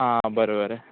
आं बरें बरें